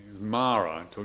Mara